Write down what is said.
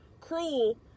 cruel